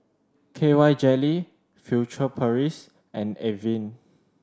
KY Jelly Furtere Paris and Avene